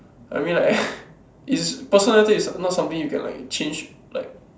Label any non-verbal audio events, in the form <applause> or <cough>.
I mean like <laughs> is personal taste is not something you can like change like